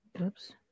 Oops